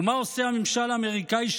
ומה עושה הממשל האמריקאי,